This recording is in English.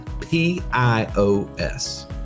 p-i-o-s